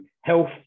health